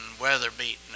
weather-beaten